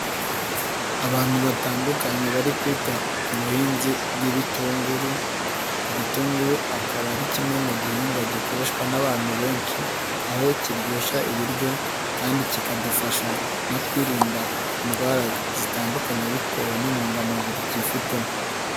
Abantu batandukanye bari kwita ku buhinzi bw'ibitunguru, igitunguru akaba ari kimwe mu gihingwa gikoreshwa n'abantu benshi, aho kiryoshya ibiryo kandi kikadufasha no kwirinda indwara zitandukanye bitewe n'intungamubiri kifitemo.